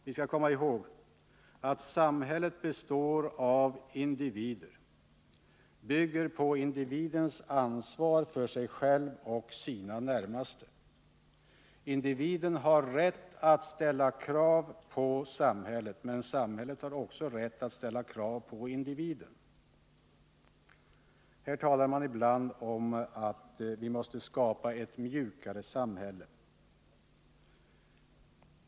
Vi skall komma ihåg att samhället består av individer och bygger på individens ansvar för sig själv och sina närmaste. Individen har rätt att ställa krav på samhället, men samhället har också rätt att ställa krav på individen. Här talas ibland om att vi måste skapa ett mjukare samhälle.